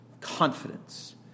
confidence